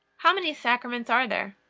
how many sacraments are there?